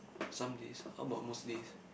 some days how about most days